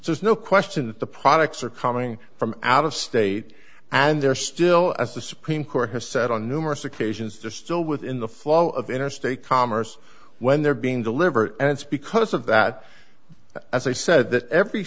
there's no question that the products are coming from out of state and they're still as the supreme court has said on numerous occasions to still within the flow of interstate commerce when they're being delivered and it's because of that as i said that every